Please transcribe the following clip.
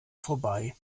vorbei